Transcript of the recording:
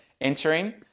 entering